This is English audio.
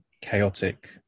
chaotic